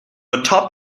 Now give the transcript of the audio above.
atop